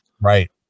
Right